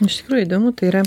iš tikrųjų įdomu tai yra